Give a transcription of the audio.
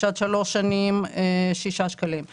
עד 3 שנים ששנת ייצורו או מועד עלייתו לכביש 4 עד 6 שנים